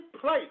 place